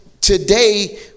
today